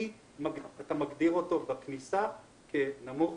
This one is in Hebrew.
אתה מגדיר אותו בכניסה כנמוך,